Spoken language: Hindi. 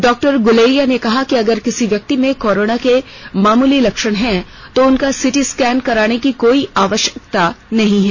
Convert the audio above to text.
डा गुलेरिया ने कहा अगर किसी व्यक्ति में कोरोना के मामूली लक्षण हैं तो उसका सीटी स्कैन कराने की कोई आवश्यकता नहीं है